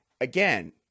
Again